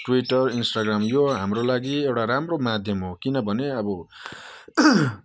Twitter Instagram यो हाम्रो लागि एउटा राम्रो माध्यम हो किनभने अब